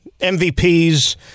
MVPs